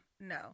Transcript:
no